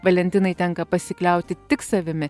valentinai tenka pasikliauti tik savimi